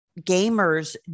gamers